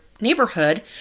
neighborhood